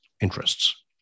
interests